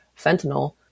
fentanyl